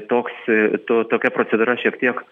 toks to tokia procedūra šiek tiek